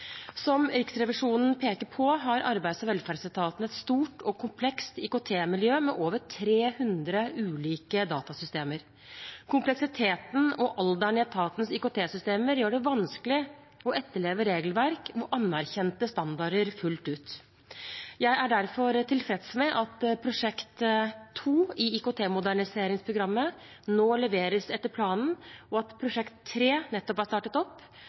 Som Riksrevisjonen peker på, har arbeids- og velferdsetaten et stort og komplekst IKT-miljø med over 300 ulike datasystemer. Kompleksiteten og alderen på etatens IKT-systemer gjør det vanskelig å etterleve regelverk med anerkjente standarder fullt ut. Jeg er derfor tilfreds med at Prosjekt 2 i IKT-moderniseringsprogrammet nå leveres etter planen, og at Prosjekt 3 nettopp er startet opp.